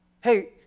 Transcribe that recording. Hey